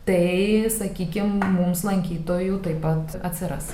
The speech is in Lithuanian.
tai sakykim mums lankytojų taip pat atsiras